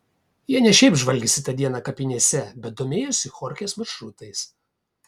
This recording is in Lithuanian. jie ne šiaip žvalgėsi tą dieną kapinėse bet domėjosi chorchės maršrutais